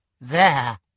There